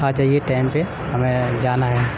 آ جائیے ٹائم سے ہمیں جانا ہے